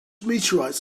meteorites